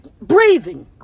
breathing